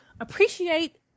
Appreciate